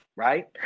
right